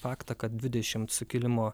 faktą kad dvidešimt sukilimo